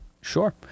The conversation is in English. Sure